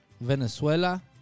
Venezuela